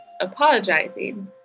apologizing